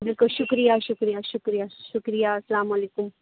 بالکل شُکریہ شُکریہ شُکریہ شُکریہ السّلام علیکم